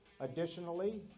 Additionally